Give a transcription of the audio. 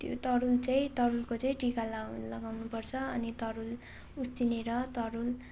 त्यो तरुल चाहिँ तरुलको चाहिँ टिका ला लगाउनुपर्छ अनि तरुल उसिनेर तरुल